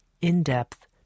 in-depth